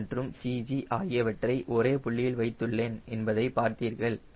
c மற்றும் CG ஆகியவற்றை ஒரே புள்ளியில் வைத்துள்ளேன் என்பதை பார்த்தீர்கள்